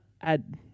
add